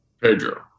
Pedro